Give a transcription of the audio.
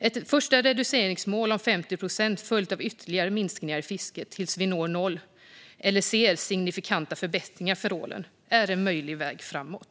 Ett första reduceringsmål om 50 procent följt av ytterligare minskningar i fisket tills vi når noll eller ser signifikanta förbättringar för ålen är en möjlig väg framåt.